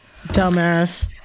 Dumbass